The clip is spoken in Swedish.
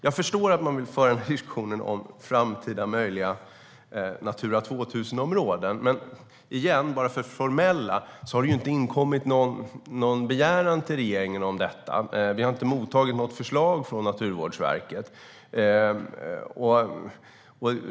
Jag förstår att man vill föra en diskussion om framtida möjliga Natura 2000-områden, men återigen, för det formella: Det har inte inkommit någon begäran till regeringen om detta. Vi har inte mottagit något förslag från Naturvårdsverket.